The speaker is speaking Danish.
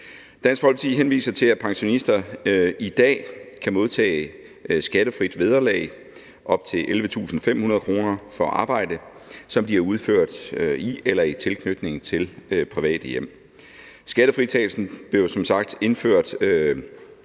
Dansk Folkeparti henviser til, at pensionister i dag kan modtage skattefrit vederlag på op til 11.500 kr. for arbejde, som de har udført i eller i tilknytning til private hjem. Skattefritagelsen blev jo, som mange ved, indført